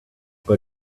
but